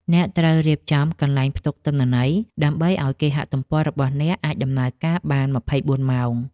អ្នកត្រូវរៀបចំកន្លែងផ្ទុកទិន្នន័យ ដើម្បីឱ្យគេហទំព័ររបស់អ្នកអាចដំណើរការបាន ២៤ ម៉ោង។